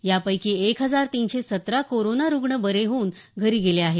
यापैकी एक हजार तिनशे सतरा कोरोना रुग्ण बरे होऊन घरी गेले आहेत